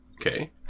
Okay